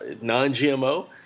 Non-GMO